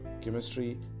chemistry